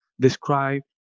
describe